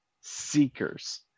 seekers